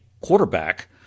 quarterback